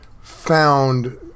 found